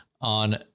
on